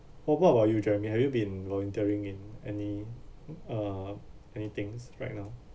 what about about you jeremy have you been volunteering in any uh any things right now